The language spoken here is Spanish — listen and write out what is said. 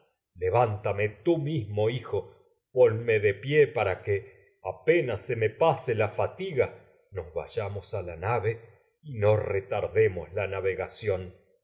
me deja el mal leván de pie para que apenas se a tame tú mismo hijo ponme me pase la fatiga nos vayamos la nave y no retar demos la navegación